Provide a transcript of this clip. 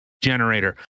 generator